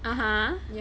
(uh huh)